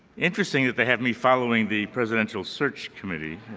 interesting that they had me following the presidential search committee.